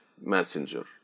Messenger